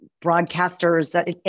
Broadcasters